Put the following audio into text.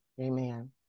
Amen